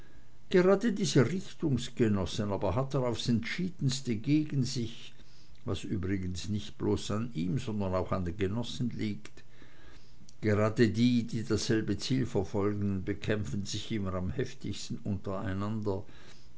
gerade diese richtungsgenossen aber hat er aufs entschiedenste gegen sich was übrigens nicht bloß an ihm sondern auch an den genossen liegt gerade die die dasselbe ziel verfolgen bekämpfen sich immer am heftigsten untereinander